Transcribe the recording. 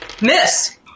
Miss